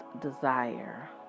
desire